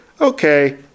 Okay